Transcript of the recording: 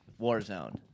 Warzone